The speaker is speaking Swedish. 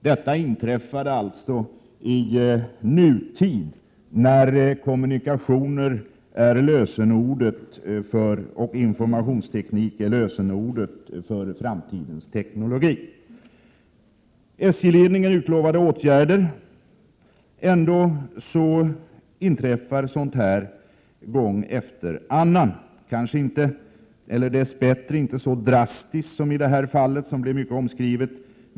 Detta inträffade alltså i nutid, när kommunikationer och informationsteknik är lösenord för framtiden. SJ-ledningen har utlovat åtgärder, men ändå inträffar gång efter annan sådana här händelser — dess bättre inte alltid så drastiska som i det här fallet, som blev mycket omskrivet.